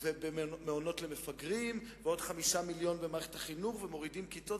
ולמעונות למפגרים ועוד 5 מיליונים במערכת החינוך ומורידים כיתות,